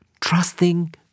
trusting